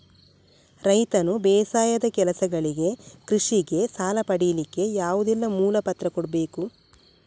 ರೈತನು ಬೇಸಾಯದ ಕೆಲಸಗಳಿಗೆ, ಕೃಷಿಗೆ ಸಾಲ ಪಡಿಲಿಕ್ಕೆ ಯಾವುದೆಲ್ಲ ಮೂಲ ಪತ್ರ ಕೊಡ್ಬೇಕು?